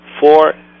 four